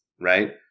right